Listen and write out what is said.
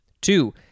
Two